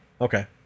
Okay